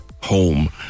home